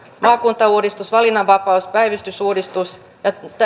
maakuntauudistus valinnanvapaus päivystysuudistus